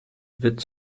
wird